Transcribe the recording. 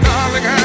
Darling